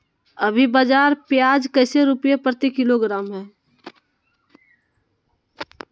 अभी बाजार प्याज कैसे रुपए प्रति किलोग्राम है?